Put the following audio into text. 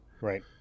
Right